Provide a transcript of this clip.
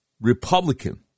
Republican